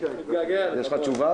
אין אושרה.